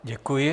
Děkuji.